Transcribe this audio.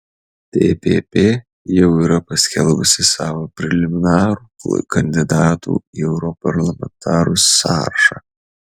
tpp jau yra paskelbusi savo preliminarų kandidatų į europarlamentarus sąrašą